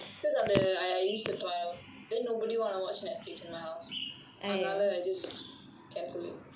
because of the I use the trial then nobody want to watch Netflix in my house and then I just cancel it